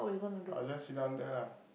I just sit down there lah